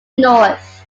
north